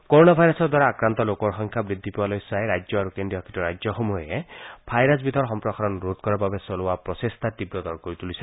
corona ভাইৰাছৰ দ্বাৰা আক্ৰান্ত লোকৰ সংখ্যা বৃদ্ধি পোৱালৈ চাই ৰাজ্য আৰু কেন্দ্ৰীয় শাসিত ৰাজ্যসমূহে ভাইৰাছ বিধৰ সম্প্ৰসাৰণ ৰোধ কৰাৰ বাবে চলোৱা প্ৰচেষ্টা তীৱতৰ কৰি তুলিছে